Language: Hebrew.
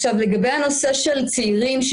לגבי הנושא של הצעירים,